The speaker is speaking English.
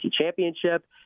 championship